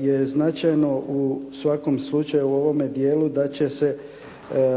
je značajno u svakom slučaju u ovome dijelu da će se